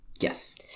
Yes